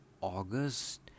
August